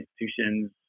institutions